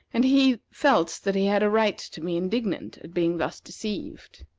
and he felt that he had a right to be indignant at being thus deceived.